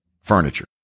Furniture